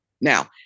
Now